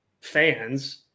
fans